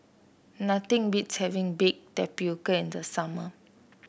nothing beats having Baked Tapioca in the summer